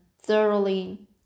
thoroughly